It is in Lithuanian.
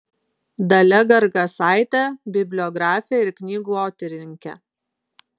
dalia gargasaitė bibliografė ir knygotyrininkė